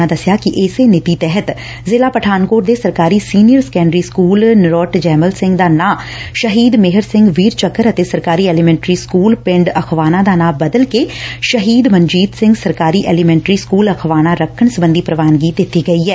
ਉਨ੍ਹਾਂ ਦੱਸਿਆ ਕਿ ਇਸੇ ਨੀਤੀ ਤਹਿਤ ਜ਼ਿਲ੍ਹਾ ਪਠਾਨਕੋਟ ਦੇ ਸਰਕਾਰੀ senior secondary school Narot Jaimal Singh ਦਾ ਨਾਂ ਸ਼ਹੀਦ ਮੇਹਰ ਸਿੰਘ ਵੀਰ ਚੱਕਰ ਅਤੇ ਸਰਕਾਰੀ ਐਲੀਮੈਂਟਰੀ ਸਕੁਲ ਪਿੰਡ ਅਖਵਾਨਾ ਦਾ ਨਾਮ ਬਦਲ ਕੇ ਸ਼ਹੀਦ ਮਨਜੀਤ ਸਿੰਘ ਸਰਕਾਰੀ ਐਲੀਮੈਂਟਰੀ ਸਕੁਲ ਅਖਵਾਨਾ ਰੱਖਣ ਸਬੰਧੀ ਪ੍ਰਵਾਨਗੀ ਦਿੱਤੀ ਗਈ ਏ